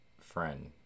friend